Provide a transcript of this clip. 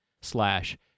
slash